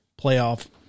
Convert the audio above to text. playoff